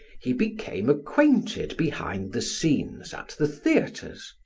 he became acquainted behind the scenes at the theaters,